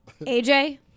AJ